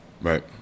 Right